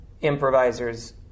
improvisers